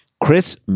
Chris